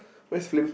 where's flame